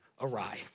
awry